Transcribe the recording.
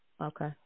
okay